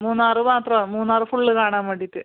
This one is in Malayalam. മൂന്നാർ മാത്രം മൂന്നാർ ഫുൾ കാണാൻ വേണ്ടിയിട്ട്